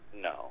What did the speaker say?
No